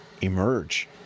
emerge